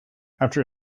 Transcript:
after